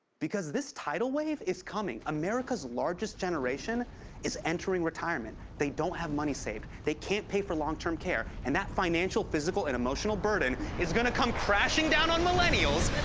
because this tidal wave is coming. america's largest generation is entering retirement. they don't have money saved. they can't pay for long-term care and that financial, physical, and emotional burden is gonna come crashing down on millennials,